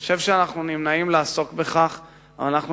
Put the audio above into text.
אני חושב שאנחנו נמנעים מלעסוק בכך ואנחנו